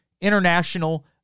international